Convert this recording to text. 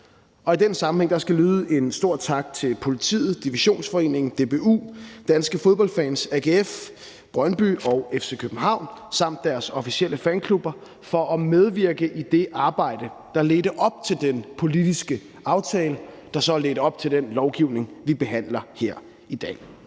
i den sammenhæng skal der lyde en stor tak til politiet, Divisionsforeningen, DBU, Danske Fodboldfans, AGF, Brøndby og FC København samt deres officielle fanklubber for at medvirke i det arbejde, der ledte op til den politiske aftale, der så ledte op til det lovforslag, vi behandler her i dag.